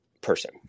person